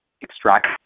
extract